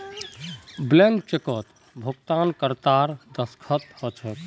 blank चेकत भुगतानकर्तार दस्तख्त ह छेक